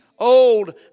Old